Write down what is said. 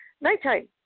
nighttime